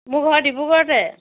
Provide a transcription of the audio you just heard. মোৰ ঘৰ ডিব্ৰুগড়তে